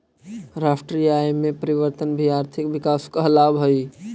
राष्ट्रीय आय में परिवर्तन भी आर्थिक विकास कहलावऽ हइ